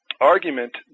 argument